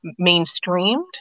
mainstreamed